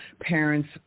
parents